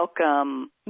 Welcome